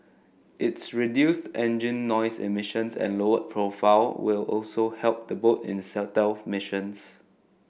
its reduced engine noise emissions and lowered profile will also help the boat in stealth missions